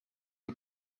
die